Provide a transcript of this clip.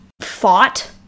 fought